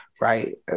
right